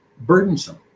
burdensome